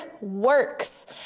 works